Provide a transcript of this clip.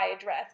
address